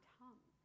tongue